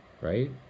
right